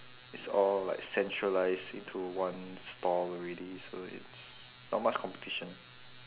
it's all like centralised into one store already so it's not much competition